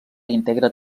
integra